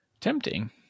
Tempting